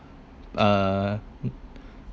uh